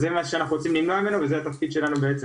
אז זה בדיוק מה שאנחנו רוצים להימנע ממנו וזה התפקיד שלנו בעצם